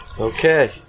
Okay